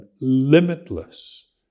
limitless